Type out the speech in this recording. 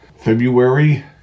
February